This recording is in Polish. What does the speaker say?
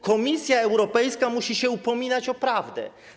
Komisja Europejska musi się upominać o prawdę.